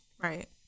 Right